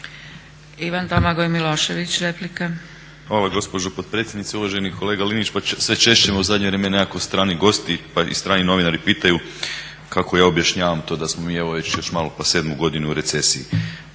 Ivan Domagoj Milošević, replika.